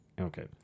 okay